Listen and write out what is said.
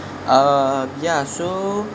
uh yeah so